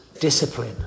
discipline